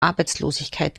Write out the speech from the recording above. arbeitslosigkeit